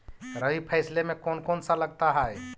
रबी फैसले मे कोन कोन सा लगता हाइय?